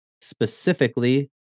specifically